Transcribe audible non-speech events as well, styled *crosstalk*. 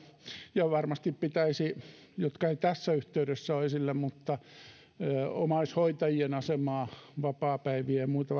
ja varmasti pitäisi myös parantaa asioita jotka eivät tässä yhteydessä ole esillä eli omaishoitajien asemaa vapaapäiviä ja muita *unintelligible*